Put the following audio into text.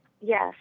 Yes